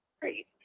Great